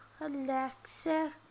Alexa